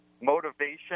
motivation